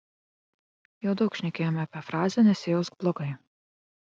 jau daug šnekėjome apie frazę nesijausk blogai